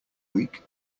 week